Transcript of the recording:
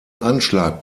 anschlag